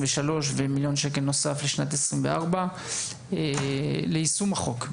ומיליון שקלים נוסף לשנת 2024 ליישום החוק,